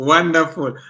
Wonderful